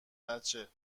بچه